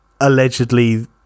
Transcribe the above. allegedly